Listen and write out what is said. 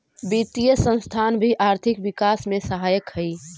वित्तीय संस्थान भी आर्थिक विकास में सहायक हई